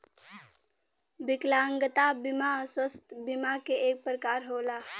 विकलागंता बिमा स्वास्थ बिमा के एक परकार होला